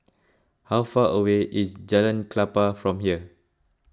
how far away is Jalan Klapa from here